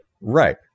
right